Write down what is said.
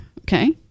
okay